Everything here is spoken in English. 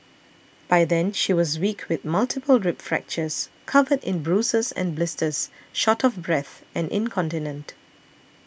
by then she was weak with multiple rib fractures covered in bruises and blisters short of breath and incontinent